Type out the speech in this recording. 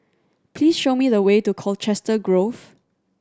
please show me the way to Colchester Grove